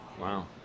Wow